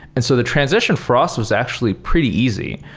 and so the transition for us was actually pretty easy.